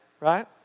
Right